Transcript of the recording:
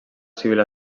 civil